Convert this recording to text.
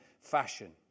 fashion